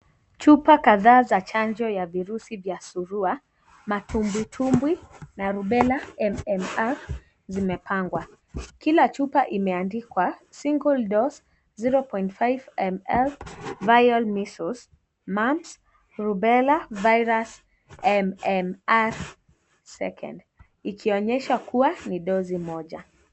Chupa kadhaa za chanjo ya virusi vya surua, matumbwitumbwi na rubela mmr zimepangwa . Kila chupa imeandikwa single dose 0.5 ml vial measles mumps rubela virus mmr ikionyesha kuwa ni dosi moja.